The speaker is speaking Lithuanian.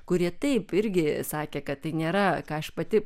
kurie taip irgi sakė kad tai nėra ką aš pati